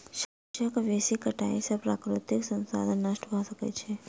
शस्यक बेसी कटाई से प्राकृतिक संसाधन नष्ट भ सकै छै